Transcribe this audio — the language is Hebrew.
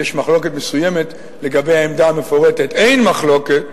יש מחלוקת מסוימת לגבי העמדה המפורטת, אין מחלוקת,